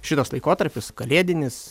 šitas laikotarpis kalėdinis